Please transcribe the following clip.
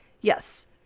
Yes